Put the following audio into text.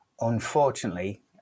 unfortunately